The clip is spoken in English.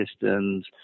systems